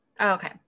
Okay